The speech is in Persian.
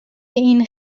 این